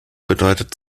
bedeutet